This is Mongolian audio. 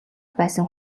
байсан